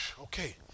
okay